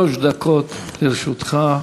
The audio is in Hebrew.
שלוש דקות לרשותך.